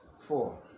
four